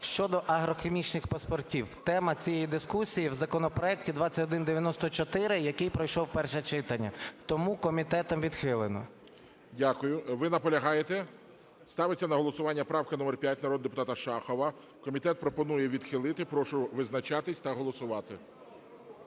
Щодо агрохімічних паспортів, тема цієї дискусії в законопроекті 2194, який пройшов перше читання. Тому комітетом відхилено. ГОЛОВУЮЧИЙ. Дякую. Ви наполягаєте? Ставиться на голосування правка номер 5 народного депутата Шахова. Комітет пропонує відхилити. Прошу визначатися та голосувати.